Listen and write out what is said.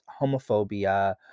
homophobia